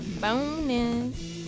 Bonus